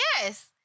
Yes